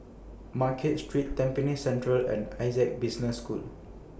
Market Street Tampines Central and Essec Business School